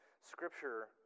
scripture